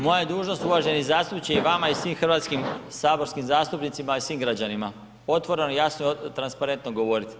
Moja je dužnost, uvaženi zastupniče i vama i svih hrvatskih saborskim zastupnicima i svih građanima otvoreno, jasno i transparentno govoriti.